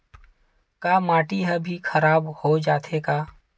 का माटी ह भी खराब हो जाथे का?